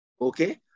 Okay